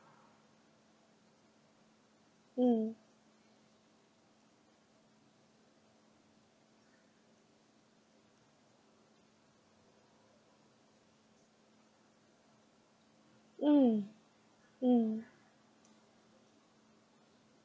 mm mm mm